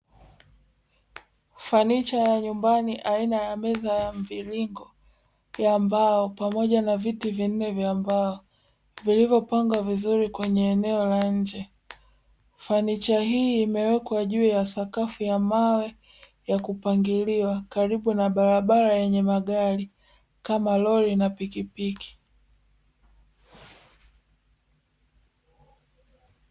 Funichaya nyumbani, aina ya meza ya mviringo ya mbao, pamoja na viti vinne vya mbao, vilivyopangwa vizuri kwenye eneo la nje. Furniture hii imewekwa juu ya sakafu ya mawe ya kupangiliwa, karibu na barabara yenye magari, kama lori na pikipiki.